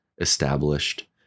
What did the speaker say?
established